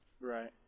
Right